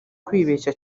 kwibeshya